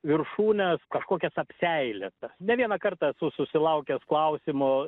viršūnes kažkokias apseilėtas ne vieną kartą esu susilaukęs klausimo